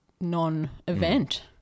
non-event